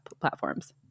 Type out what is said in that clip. platforms